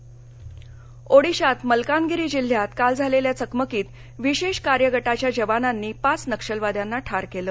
नक्षल ओडिशात मलकानगिरी जिल्ह्यात काल झालेल्या चकमकीत विशेष कार्य गटाच्या जवानांनी पाच नक्षलवाद्यांना ठार केलं